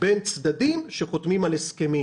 בין צדדים שחותמים על הסכמים.